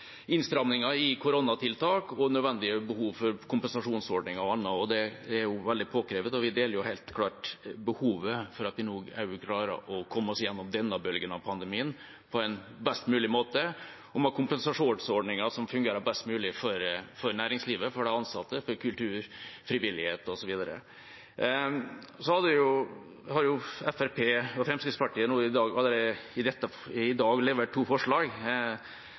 i koronatiltak og nødvendige behov for kompensasjonsordninger og annet. Det er veldig påkrevd, og vi deler helt klart synet på behovet for at vi også nå klarer å komme oss igjennom denne bølgen av pandemien på en best mulig måte, med kompensasjonsordninger som fungerer best mulig for næringslivet, for de ansatte, for kulturen, for frivilligheten, osv. Fremskrittspartiet har allerede i dag levert to forslag som bl.a. går på utsatt innbetaling av skatt og